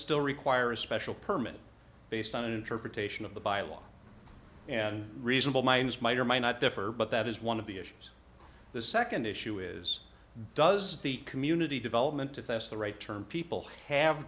still require a special permit based on an interpretation of the by law and reasonable minds may or may not differ but that is one of the issues the second issue is does the community development if that's the right term people